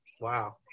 Wow